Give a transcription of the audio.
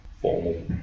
formal